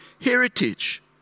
heritage